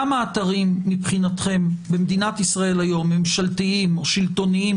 כמה אתרים מבחינתכם במדינת ישראל היום ממשלתיים או שלטוניים